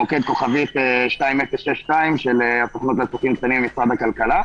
המוקד הוא 2062* של הסוכנות לעסקים קטנים ובינוניים במשרד הכלכלה.